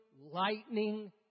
lightning